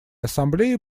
ассамблеи